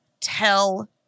tell